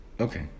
Okay